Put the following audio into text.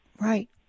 Right